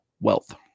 wealth